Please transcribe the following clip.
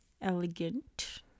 elegant